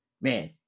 Man